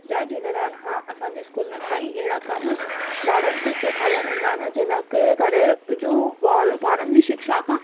जय झूलेलाल हा असांजे स्कूल में कई अहिड़ा कम ॿारनि खे सेखारिया वेंदा आहिनि जिनखे करे जूं ॿार ॿारनि जी शिक्षा खां